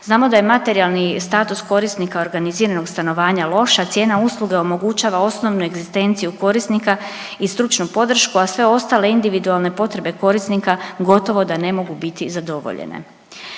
Znamo da je materijalni status korisnika organiziranog stanovanja loš, a cijena usluge omogućava osnovnu egzistenciju korisnika i stručnu podršku, a sve ostale individulane potrebe korisnika gotovo da ne mogu biti zadovoljene.